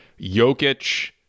Jokic